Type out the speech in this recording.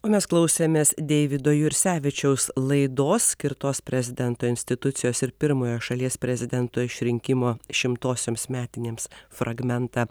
o mes klausėmės deivido jursevičiaus laidos skirtos prezidento institucijos ir pirmojo šalies prezidento išrinkimo šimtosioms metinėms fragmentą